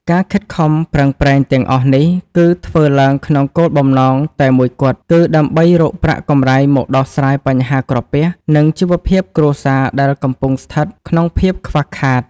ការខិតខំប្រឹងប្រែងទាំងអស់នេះ គឺធ្វើឡើងក្នុងគោលបំណងតែមួយគត់ គឺដើម្បីរកប្រាក់កម្រៃមកដោះស្រាយបញ្ហាក្រពះ និងជីវភាពគ្រួសារដែលកំពុងស្ថិតក្នុងភាពខ្វះខាត។